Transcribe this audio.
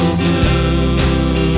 blue